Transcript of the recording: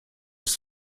ist